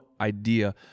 idea